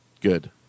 good